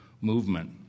movement